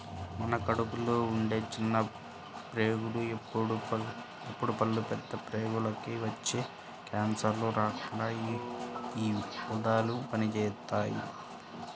మన కడుపులో ఉండే చిన్న ప్రేగుల్లో ఏర్పడే పుళ్ళు, పెద్ద ప్రేగులకి వచ్చే కాన్సర్లు రాకుండా యీ ఊదలు పనిజేత్తాయి